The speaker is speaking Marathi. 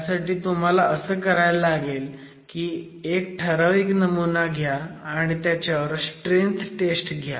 त्यासाठी तुम्हाला असं करायला लागेल की एक ठराविक नमुना घ्या आणि त्याच्यावर स्ट्रेंथ टेस्ट घ्या